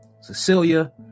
cecilia